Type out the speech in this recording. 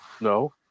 No